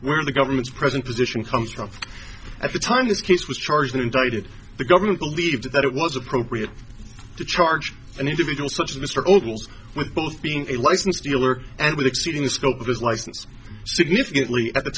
where the government's present position comes from at the time this case was charged indicted the government believed that it was appropriate to charge an individual such as mr almost with both being a licensed dealer and with exceeding the scope of his license significantly at the